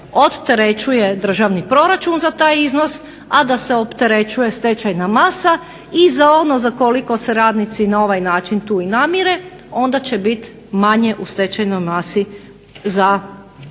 da se odterećuje državni proračun za taj iznos, a da se opterećuje stečajna masa. I za ono za koliko se radnici na ovaj način tu i namire onda će bit manje u stečajnoj masi za druge